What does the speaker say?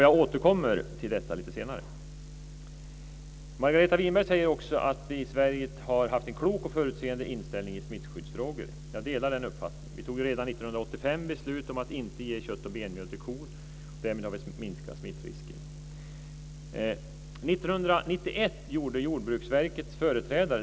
Jag återkommer till detta lite senare. Margareta Winberg säger också att vi i Sverige har haft en klok och förutseende inställning i smittskyddsfrågor. Jag delar den uppfattningen. Vi fattade redan 1985 beslut om att inte ge kött och benmjöl till kor, och därmed har vi minskat smittorisken.